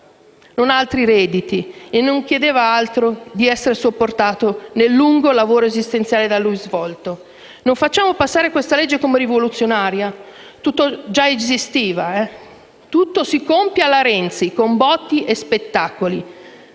non ha altri redditi, e non chiede altro che di essere supportato nel lungo lavoro esistenziale da lui svolto. Non facciamo passare questo disegno di legge come rivoluzionario: esisteva già tutto. Tutto si compie alla Renzi, con botti e spettacoli,